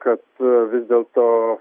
kad vis dėlto